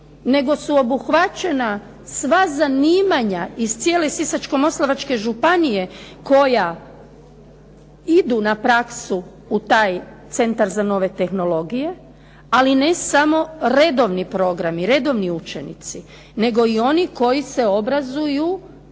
nego su obuhvaćena sva zanimanja iz cijele Sisačko-moslavačke županije koja idu na praksu u taj Centar za nove tehnologije, ali ne samo redovni programi, redovni učenici, nego i oni koji se obrazuju,